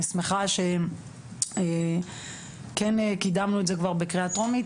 אני שמחה שכן קידמנו את זה כבר בקריאה טרומית